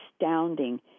astounding